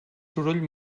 soroll